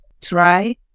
try